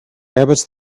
rabbits